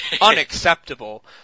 unacceptable